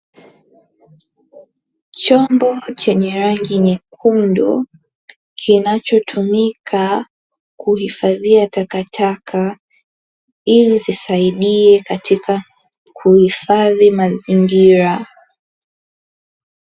Chombo chenye rangi nyekundu kinachotumika kuhifadhia takataka ili zisaidie katika kuhifadhi mazingira